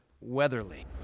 Weatherly